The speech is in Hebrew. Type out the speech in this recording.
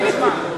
ליצמן?